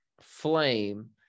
flame